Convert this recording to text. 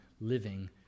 living